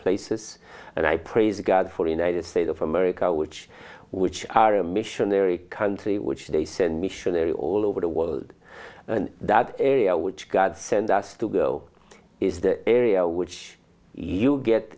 places and i praise god for the united states of america which which are a missionary country which they send missionary all over the world in that area which god send us to go is the area which you get